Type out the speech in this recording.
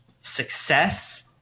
success